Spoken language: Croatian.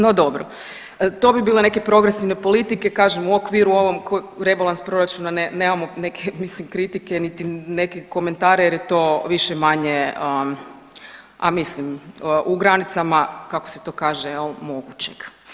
No dobro, to bi bile neke progresivne politike, kažem, u okviru ovom rebalans proračuna nemamo neke, mislim, kritike niti neke komentare jer je to više-manje, a mislim, u granicama, kako se to kaže, mogućeg.